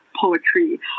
poetry